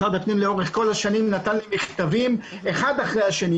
משרד הפנים נתן לי לאורך השנים מכתבים אחד אחרי השני,